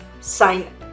sign